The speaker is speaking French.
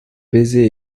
baisers